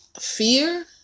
fear